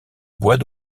bois